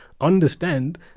Understand